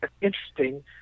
interesting